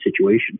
situation